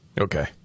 Okay